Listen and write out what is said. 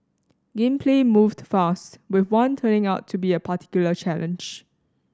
game play moved fast with one turning out to be a particular challenge